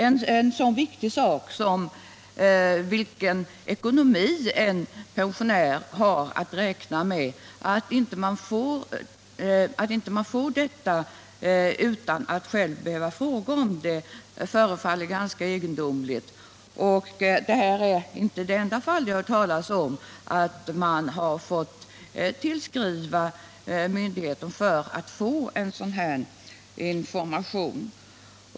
Det förefaller egendomligt att en pensionär inte automatiskt får uppgift om en så viktig sak som vilken ekonomi han har att räkna med. Det anförda fallet är inte det enda som jag har hört talas om, där vederbörande har fått skriva till myndigheten och be om information.